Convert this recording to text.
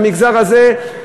במגזר הזה.